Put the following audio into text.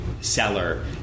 seller